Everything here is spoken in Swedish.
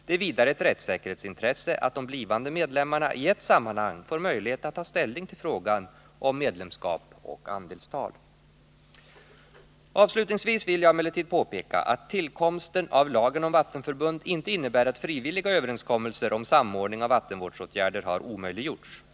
Det är vidare ett rättssäkerhetsintresse att de blivande medlemmarna i ett sammanhang får möjlighet att ta ställning till frågan om medlemskap och andelstal. Avslutningsvis vill jag emellertid påpeka att tillkomsten av lagen om vattenförbund inte innebär att frivilliga överenskommelser om samordning av vattenvårdsåtgärder har omöjliggjorts.